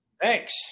Thanks